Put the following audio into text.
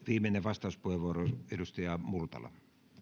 viimeinen vastauspuheenvuoro edustaja multala